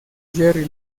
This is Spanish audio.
jerry